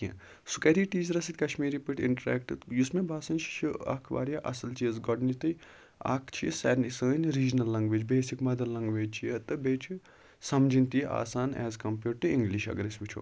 کینٛہہ سُہ کَری ٹیٖچرَس سۭتۍ کَشمیری پٲٹھۍ اِنٹریکٹ یُس مےٚ باسان چھُ سُہ چھُ اکھ اصل چیٖز گۄڈنیٚتھٕے اکھ چھِ یہِ سارنٕے سٲنٛۍ regional language basic mother language چھِ یہِ بیٚیہِ چھ سَمجِنۍ تہِ یہِ آسان ایٚز کَمپیٲڑ ٹُو اِنٛگلِش اَگَر أسۍ وٕچھو